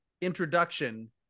introduction